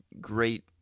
Great